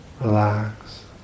relax